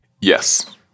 Yes